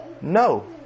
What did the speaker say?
No